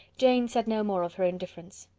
jane said no more of her indifference.